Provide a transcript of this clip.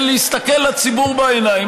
של להסתכל לציבור בעיניים,